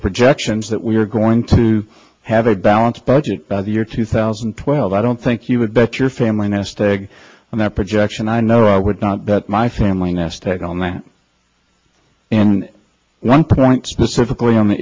the projections that we're going to have a balanced budget by the year two thousand and twelve i don't think you would bet your family nest egg on their projection i know i would not bet my family nest egg on that one point specifically